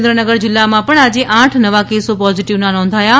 સુરેન્દ્રનગર જીલ્લામાં પણ આજે આઠ નવા કેસો પોઝીટીવ નોંધાયા છે